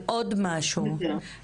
אוקיי, אז אני שמעתי לא נכון.